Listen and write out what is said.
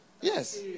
Yes